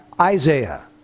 Isaiah